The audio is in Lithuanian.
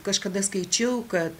kažkada skaičiau kad